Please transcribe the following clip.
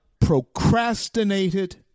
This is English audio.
procrastinated